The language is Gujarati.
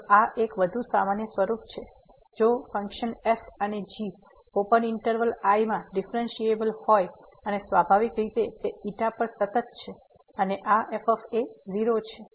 તો આ એક વધુ સામાન્ય સ્વરૂપ છે જો ફંક્શન f અને g ઓપન ઈન્ટરવલ I માં ડીફ્રેનસીએબલ હોય અને સ્વાભાવિક રીતે તે પર સતત છે અને આ f 0 છે